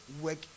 work